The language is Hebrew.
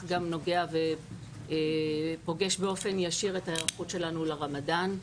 גם נוגע ופוגש באופן ישיר את ההיערכות שלנו לרמדאן.